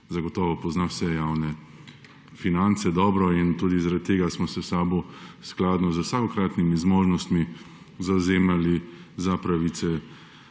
zagotovo pozna vse javne finance dobro. In tudi zaradi tega smo se v SAB skladno z vsakokratnimi zmožnostmi zavzemali za pravice